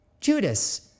Judas